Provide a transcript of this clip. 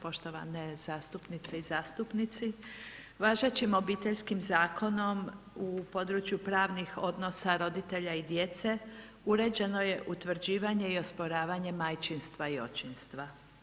Poštovane zastupnice i zastupnici važećim Obiteljskim zakonom u području pravnih odnosa roditelja i djece uređeno je utvrđivanje i osporavanje majčinstva i očinstva.